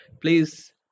please